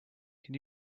can